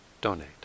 donate